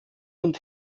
und